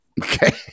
Okay